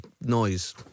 noise